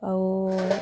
ଆଉ